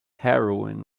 heroin